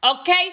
okay